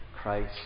Christ